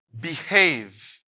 behave